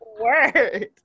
Word